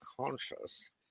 conscious